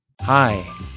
Hi